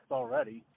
already